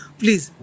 please